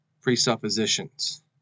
presuppositions